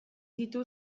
ditu